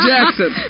Jackson